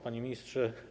Panie Ministrze!